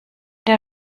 der